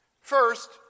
First